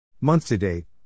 Month-to-date